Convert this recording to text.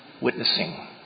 witnessing